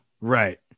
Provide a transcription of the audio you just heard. Right